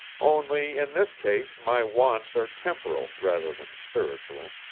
only in this case my wants are temporal rather than spiritual.